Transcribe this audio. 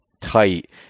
tight